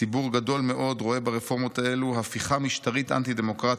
ציבור גדול מאוד רואה ברפורמות האלה הפיכה משטרית אנטי-דמוקרטית.